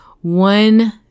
One